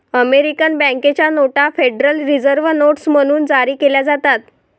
American बँकेच्या नोटा federal reserve notes म्हणून जारी केल्या जातात